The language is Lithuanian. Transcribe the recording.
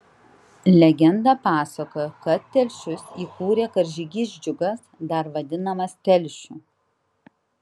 legenda pasakoja kad telšius įkūrė karžygys džiugas dar vadinamas telšiu